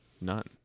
None